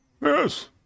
Yes